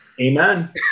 Amen